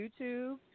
YouTube